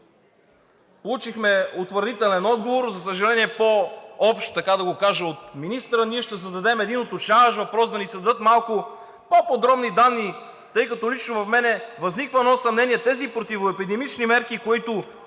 Получихме утвърдителен отговор, за съжаление по-общ, от министъра. Ние ще зададем един уточняващ въпрос: да ни се дадат малко по-подробни данни, тъй като лично в мен възниква едно съмнение. Тези противоепидемични мерки, които